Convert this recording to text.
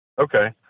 Okay